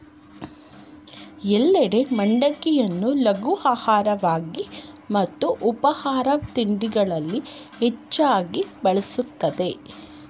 ಎಲ್ಲೆಡೆ ಮಂಡಕ್ಕಿಯನ್ನು ಲಘು ಆಹಾರವಾಗಿ ಮತ್ತು ಉಪಾಹಾರ ತಿಂಡಿಗಳಲ್ಲಿ ಹೆಚ್ಚಾಗ್ ಬಳಸಲಾಗ್ತದೆ